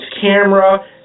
camera